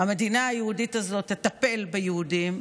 המדינה היהודית הזאת תטפל ביהודים.